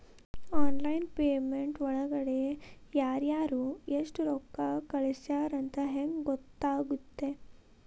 Online payment ಒಳಗಡೆ ಯಾರ್ಯಾರು ಎಷ್ಟು ರೊಕ್ಕ ಕಳಿಸ್ಯಾರ ಅಂತ ಹೆಂಗ್ ಗೊತ್ತಾಗುತ್ತೆ?